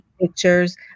pictures